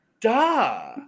Duh